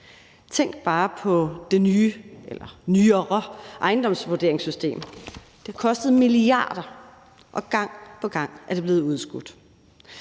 – eller det nyere – ejendomsvurderingssystem. Det kostede milliarder, og gang på gang er det blevet udskudt.